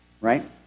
Right